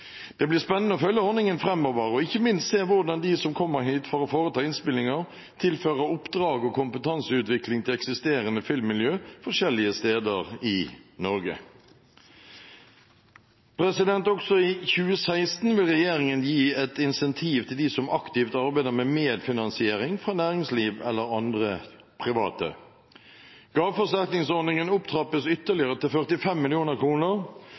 Det blir spennende å følge ordningen framover og ikke minst se hvordan de som kommer hit for å foreta innspillinger, tilfører oppdrag og kompetanseutvikling til eksisterende filmmiljøer forskjellige steder i Norge. Også i 2016 vil regjeringen gi et incentiv til dem som aktivt arbeider med medfinansiering fra næringsliv eller andre private. Gaveforsterkningsordningen trappes ytterligere opp, til 45